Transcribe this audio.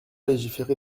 légiférer